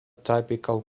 typically